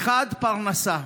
האחד, פרנסה.